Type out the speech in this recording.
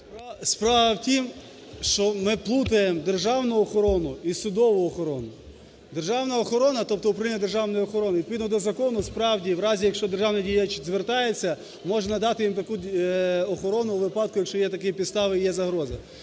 Справа в тім, що ми плутаємо державну охорону і судову охорону. Державна охорона, тобто Управління державної охорони, відповідно до закону, справді в разі, якщо державний діяч звертається, може надати їм таку охорону у випадку, якщо є такі підстави, є загроза.